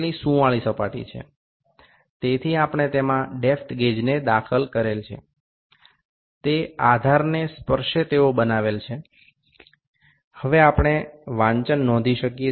সুতরাং আমরা এটিতে গভীরতা মাপকটি প্রবেশ করিয়ে এটির পাদদেশ কে স্পর্শ করিয়েছি এখন আমরা পঠটি লিখে নিতে পারি